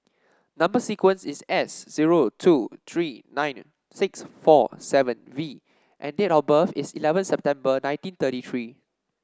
number sequence is S zero two three nine six four seven V and date of birth is eleven September nineteen thirty three